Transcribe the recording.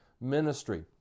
ministry